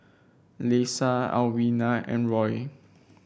Leisa Alwina and Roy